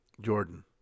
Jordan